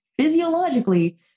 physiologically